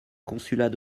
consulat